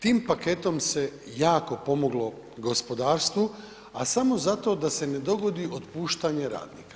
Tim paketom se jako pomoglo gospodarstvu, a samo zato da se ne dogodi otpuštanje radnika.